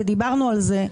ודיברנו על זה.